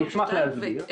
אשמח להסביר.